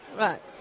Right